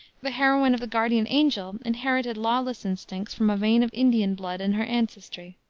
the heroine of the guardian angel inherited lawless instincts from a vein of indian blood in her ancestry.